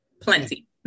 plenty